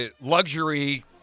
luxury